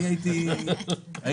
אני הייתי נגד,